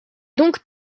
donc